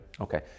Okay